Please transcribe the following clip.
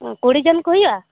ᱚᱸ ᱠᱩᱲᱤ ᱡᱚᱱ ᱠᱚ ᱦᱩᱭᱩᱜᱼᱟ